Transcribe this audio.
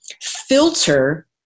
filter